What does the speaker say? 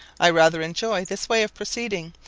i rather enjoy this way of proceeding,